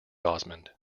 osmond